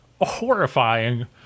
Horrifying